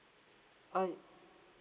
uh